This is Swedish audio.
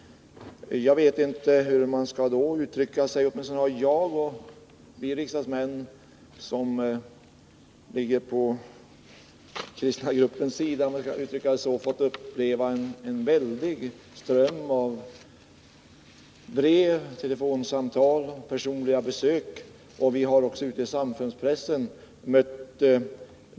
Jag vet då inte hur den opinionen skall uttrycka sig. Åtminstone har jag och övriga riksdagsmän inom den kristna gruppen fått ta emot en väldig ström av brev, telefonsamtal och personliga besök. Vi har också i samfundspressen mött denna opinion.